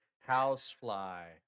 Housefly